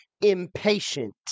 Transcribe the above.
impatient